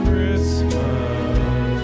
Christmas